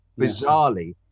bizarrely